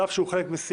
על אף שהוא חלק מסיעה,